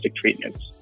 treatments